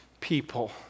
people